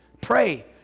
Pray